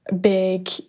big